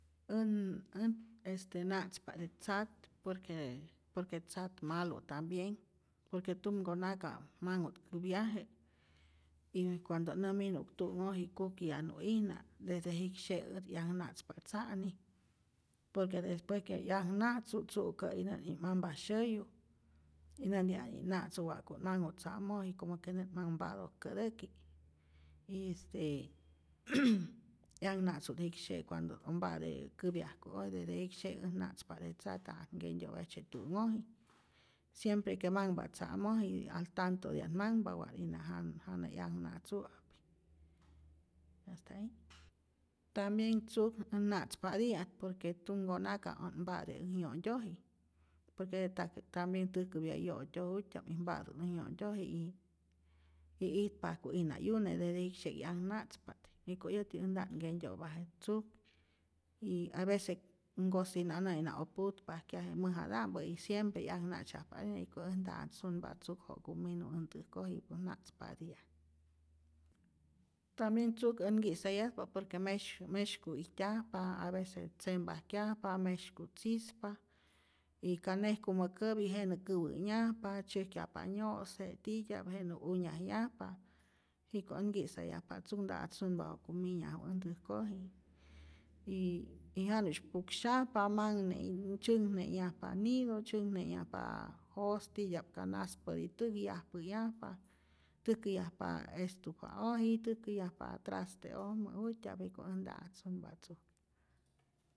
Äj ät este na'tzpa't je tzat, por que por que tzat malo tambien, por que tumkonaka manhu't käpyaje y cuando nä minu'äk tu'nhoji y kuk yanu'ijna, desde jiksye'äk 'yakna'tzpa't tza'ni, por que despues que 'yakna'tzu't tzu'kä'yi nä't'ij mampasyäyu y nänti'at ij na'tzu wa'ku't manhu tza'moji, como que nä't manh mpa'tok kätäki y este ''yakna'tzu't jiksye'k cuando't o mpa'te käpyajku'oj, desde jiksye'k äj na'tzpa't je tzat, nta'at nkentyo'pa jejtzye tu'nhoji, siempre que manhpa't tza'moji al tantotia't manhpa wak'ijna jana 'yakna'tzu'ap, hasta ahi, tambien tzuk äj na'tzpati'ap por que tumkonaka ot mpa'te äj yo'ntyoji por que je take' tambien täjkäpya yo'tyoj jut'tya'p y mpa'tu't äj nyo'tyoji y itpajku'ijna 'yune, desde jiksye'k 'yak na'tzpa't, jiko yäti äj nta't nkentyo'pa je tzuk y avecek äj nkosina'oj nä o'ijna putpajkyaje mäjata'mpä y siempre 'yak na'tzyajpatä jiko äj nta'at sunpa tzuk jaku minu äj ntäjkoj, jiko ät na'tzpati'at, tambien tzuk ät nki'sayajpa't por que mesy mesyku' ijtyajpa, aveces tzempajkyjapa, mesyku tzispa y ka nejkumä käpi jenä kuwä'nyajpa, tzyäjkyajpa nyo'se titya'p, jenä unyajyajpa, jiko äj nki'sayajpa't tzuk nta'at sunpa wa'ku minyakju äj ntäjkoji y ja janu'sh puksyajpa manh tzyäjkne'nhyajpa nido, tzäjkne'nhyajpa jos titya'p ka naspäti täk yajpäyajpa, täjkäyajpa estufa'oji, täjkäyajpa traste'ojmä jut'tya'p jiko' äj nta'at sunpa tzuk.